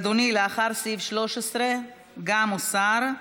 אדוני, לאחר סעיף 13, גם הוסר.